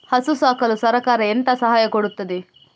ಹಸು ಸಾಕಲು ಸರಕಾರ ಎಂತ ಸಹಾಯ ಕೊಡುತ್ತದೆ?